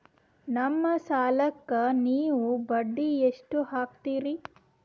ನಮ್ಮ ಸಾಲಕ್ಕ ನೀವು ಬಡ್ಡಿ ಎಷ್ಟು ಹಾಕ್ತಿರಿ?